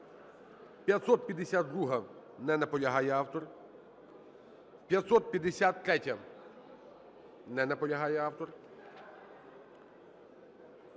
552-а. Не наполягає автор. 553-я. Не наполягає автор.